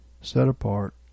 set-apart